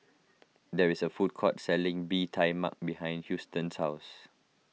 there is a food court selling Bee Tai Mak behind Houston's house